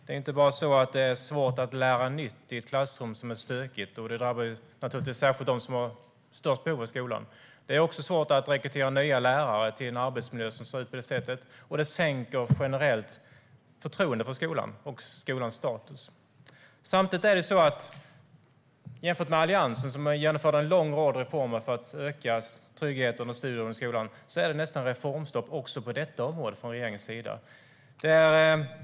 Det är inte bara svårt att lära nytt i ett klassrum som är stökigt, vilket särskilt drabbar dem som har störst behov i skolan, utan det är också svårt att rekrytera nya lärare till en arbetsmiljö som ser ut på det sättet, och det sänker generellt förtroendet för skolan och skolans status. Jämfört med Alliansen, som genomförde en lång rad reformer för att öka tryggheten och studieron i skolan, är det nästan reformstopp också på detta område från regeringens sida.